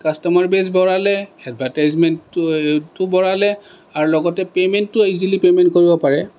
customer বেচ বঢ়ালে এডভাৰটাইজমেণ্টো বঢ়ালে আৰু লগতে পে'মেণ্টটো ইজিলি পে'মেণ্ট কৰিব পাৰে